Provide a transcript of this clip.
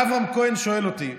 אברהם כהן שואל אותי: